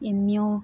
M U